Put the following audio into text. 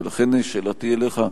ולכן שאלתי אליך,